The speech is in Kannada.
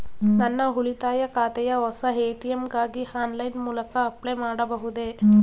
ನನ್ನ ಉಳಿತಾಯ ಖಾತೆಯ ಹೊಸ ಎ.ಟಿ.ಎಂ ಗಾಗಿ ಆನ್ಲೈನ್ ಮೂಲಕ ಅಪ್ಲೈ ಮಾಡಬಹುದೇ?